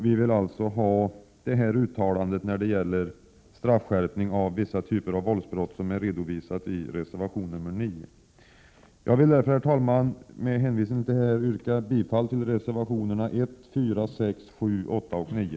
Vi vill alltså ha ett sådant uttalande om straffskärpning för vissa typer av våldsbrott som redovisas i reservation 9. Herr talman! Med hänvisning till detta yrkar jag bifall till reservationerna 1,4, 6, 7, 8 och 9.